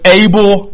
able